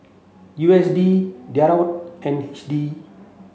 U S D Dirham and H D